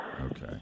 Okay